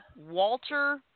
Walter